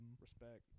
Respect